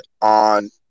on